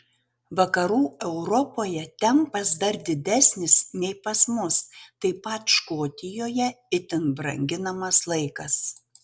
vakarų europoje tempas dar didesnis nei pas mus taip pat škotijoje itin branginamas laikas